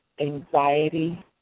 anxiety